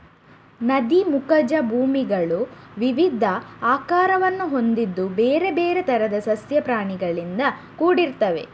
ನದಿ ಮುಖಜ ಭೂಮಿಗಳು ವಿವಿಧ ಆಕಾರವನ್ನು ಹೊಂದಿದ್ದು ಬೇರೆ ಬೇರೆ ತರದ ಸಸ್ಯ ಪ್ರಾಣಿಗಳಿಂದ ಕೂಡಿರ್ತವೆ